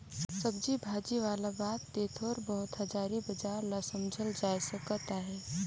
सब्जी भाजी वाला बात ले थोर बहुत हाजरी बजार ल समुझल जाए सकत अहे